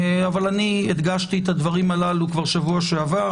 אבל הדגשתי את הדברים הללו שבוע שעבר,